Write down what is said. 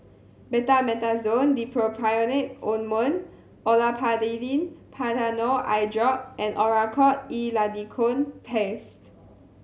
Betamethasone Dipropionate Ointment Olopatadine Patanol Eyedrop and Oracort E Lidocaine Paste